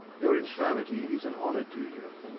your infirmity is an honour to you.